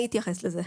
אני אתייחס לזה.